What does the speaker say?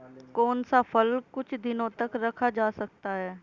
कौन सा फल कुछ दिनों तक रखा जा सकता है?